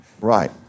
Right